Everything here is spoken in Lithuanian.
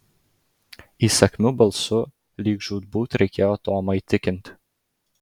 įsakmiu balsu lyg žūtbūt reikėjo tomą įtikinti